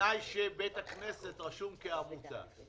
ובתנאי שבית הכנסת רשום כעמותה.